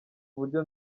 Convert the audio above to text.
uburyo